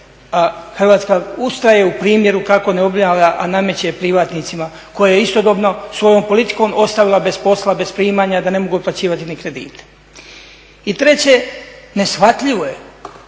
Hrvatska ustraje u primjeru kako ne obnavlja, a nameće privatnicima koje je istodobno svojom politikom ostavila bez posla, bez primanja, da ne mogu otplaćivati ni kredite. I treće, neshvatljivo je